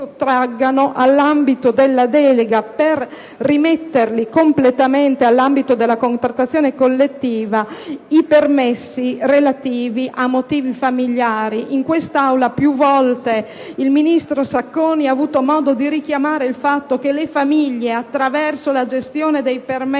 sottraggano all'ambito della delega, per rimetterli completamente alla contrattazione collettiva, i permessi relativi a motivi familiari. In quest'Aula più volte il ministro Sacconi ha avuto modo di richiamare il fatto che le famiglie attraverso la gestione dei permessi